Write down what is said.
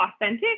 authentic